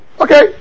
Okay